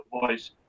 voice